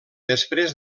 després